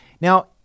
Now